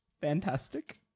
Fantastic